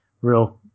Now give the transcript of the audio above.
real